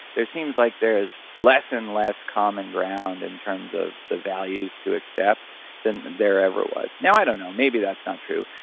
there seems like there's less and less common ground in terms of the values to accept than there ever was. now i don't know, maybe that's not true,